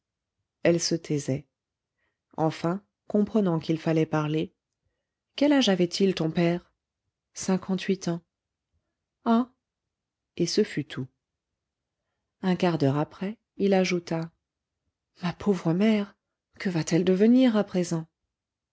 elle se taisait enfin comprenant qu'il fallait parler quel âge avait-il ton père cinquante-huit ans ah et ce fut tout un quart d'heure après il ajouta ma pauvre mère que va-t-elle devenir à présent